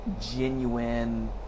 genuine